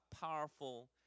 powerful